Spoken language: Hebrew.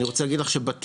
אני רוצה להגיד לך שבתים,